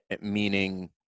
meaning